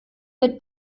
mit